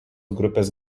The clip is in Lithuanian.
grupės